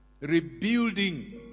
rebuilding